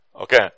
Okay